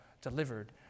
delivered